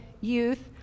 youth